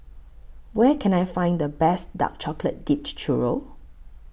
Where Can I Find The Best Dark Chocolate Dipped Churro